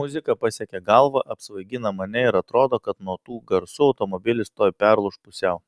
muzika pasiekia galvą apsvaigina mane ir atrodo kad nuo tų garsų automobilis tuoj perlūš pusiau